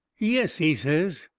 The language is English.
yes, he says,